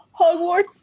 Hogwarts